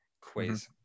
quiz